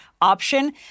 option